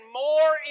more